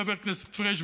חבר הכנסת פריג',